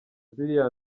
ziriya